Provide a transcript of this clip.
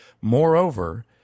moreover